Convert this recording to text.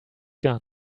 gone